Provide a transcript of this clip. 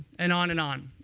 and on and on.